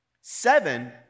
Seven